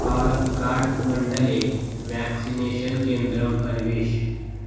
पालक्काड् मण्डले व्याक्सिनेषन् केन्द्रम् अन्विष